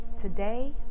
Today